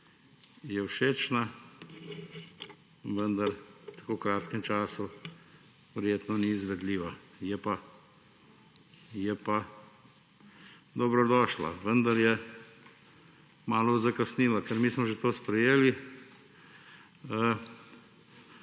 je všečna, vendar v tako kratkem času verjetno ni izvedljiva. Je pa dobrodošla, vendar je malo zakasnela, ker mi smo že sprejeli